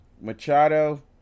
Machado